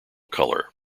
color